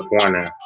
corner